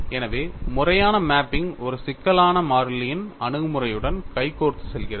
எனவே முறையான மேப்பிங் ஒரு சிக்கலான மாறிகளின் அணுகுமுறையுடன் கைகோர்த்துச் செல்கிறது